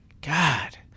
God